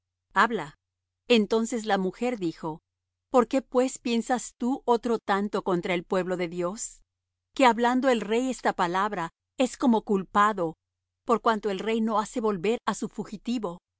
habla entonces la mujer dijo por qué pues piensas tú otro tanto contra el pueblo de dios que hablando el rey esta palabra es como culpado por cuanto el rey no hace volver á su fugitivo